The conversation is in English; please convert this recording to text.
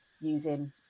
using